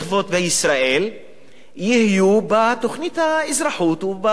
תהיה בתוכנית האזרחות ובספר האזרחות.